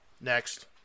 Next